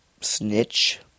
Snitch